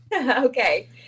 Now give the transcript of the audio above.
Okay